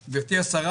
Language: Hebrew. כל הנושא